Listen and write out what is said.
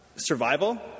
Survival